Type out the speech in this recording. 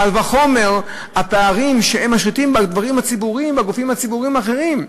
קל וחומר הפערים שמשיתים בגופים הציבוריים האחרים,